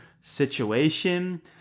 situation